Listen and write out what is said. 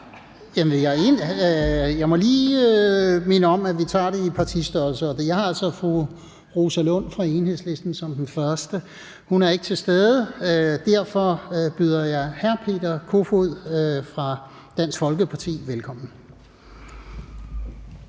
jeg må lige minde om, at vi tager det her efter partistørrelse, og jeg har fru Rosa Lund fra Enhedslisten som den første på min liste. Hun er ikke til stede. Derfor byder jeg hr. Peter Kofod fra Dansk Folkeparti velkommen.